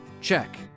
Check